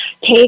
take